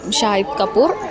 Shahid Kapoor